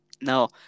No